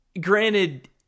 granted